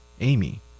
Amy